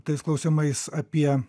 tais klausimais apie